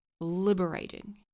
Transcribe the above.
liberating